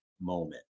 moment